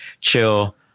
chill